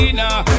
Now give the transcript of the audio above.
now